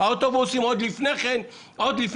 האוטובוסים עוד לפני כן נחסמו.